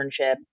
internship